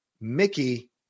Mickey